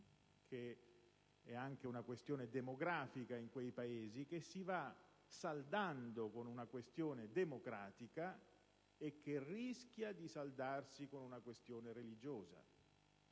che è anche demografica, in quei Paesi - che si va saldando con una questione democratica e che rischia di saldarsi con quella religiosa.